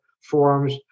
forums